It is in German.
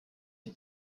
die